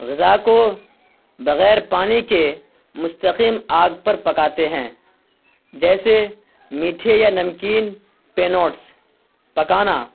غذا کو بغیر پانی کے مستقل آگ پر پکاتے ہیں جیسے میٹھے یا نمکین پینوٹس پکانا